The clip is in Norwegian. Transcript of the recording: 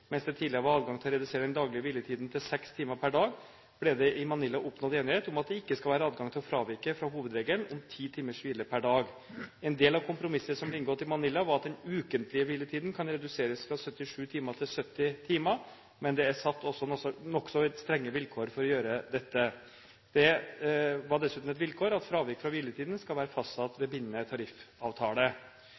Mens det tidligere var adgang til å redusere den daglige hviletiden til seks timer per dag, ble det i Manila oppnådd enighet om at det ikke skal være adgang til å fravike fra hovedregelen om ti timers hvile per dag. En del av kompromisset som ble inngått i Manila, var at den ukentlige hviletiden kan reduseres fra 77 timer til 70 timer, men det er satt nokså strenge vilkår for å gjøre dette. Det var dessuten et vilkår at fravik fra hviletiden skal være fastsatt ved bindende tariffavtale.